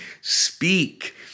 speak